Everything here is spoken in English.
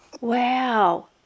Wow